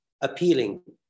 appealing